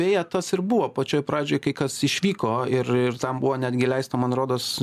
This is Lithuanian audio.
beje tas ir buvo pačioj pradžioj kai kas išvyko ir ir tam buvo netgi leista man rodos